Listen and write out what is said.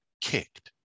kicked